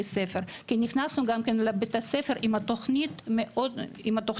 ספר כי נכנסנו לבית ספר עם תוכנית חדשה,